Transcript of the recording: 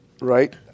Right